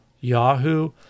Yahoo